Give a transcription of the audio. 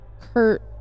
Kurt